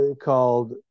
called